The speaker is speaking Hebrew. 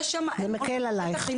זה מקל עלייך?